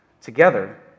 together